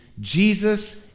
Jesus